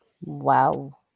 Wow